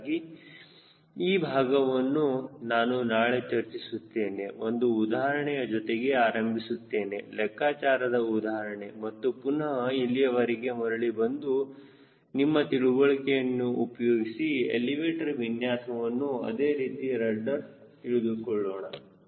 ಹೀಗಾಗಿ ಈ ಭಾಗವನ್ನು ನಾನು ನಾಳೆ ಚರ್ಚಿಸುತ್ತೇನೆ ಒಂದು ಉದಾಹರಣೆಯ ಜೊತೆಗೆ ಆರಂಭಿಸುತ್ತೇನೆ ಲೆಕ್ಕಾಚಾರದ ಉದಾಹರಣೆ ಮತ್ತು ಪುನಹ ಇಲ್ಲಿಗೆ ಮರಳಿಬಂದು ನಮ್ಮ ತಿಳುವಳಿಕೆಯನ್ನು ಉಪಯೋಗಿಸಿ ಎಲಿವೇಟರ್ ವಿನ್ಯಾಸವನ್ನು ಅದೇ ರೀತಿ ರಡ್ಡರ್ ತಿಳಿದುಕೊಳ್ಳೋಣ